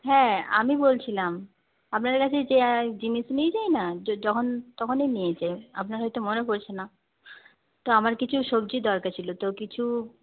হ্যাঁ আমি বলছিলাম আপনার কাছে যে জিনিস নিয়ে যাই না যখন তখনই নিয়ে যায় আপনার হয়তো মনে পড়ছে না তো আমার কিছু সবজি দরকার ছিল তো কিছু